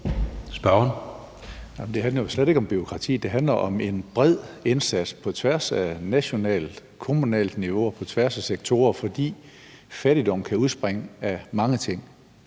Hønge (SF): Det handler jo slet ikke om bureaukrati. Det handler om en bred indsats på tværs af nationalt, kommunalt niveau og på tværs af sektorer, fordi fattigdom kan udspringe af mange ting.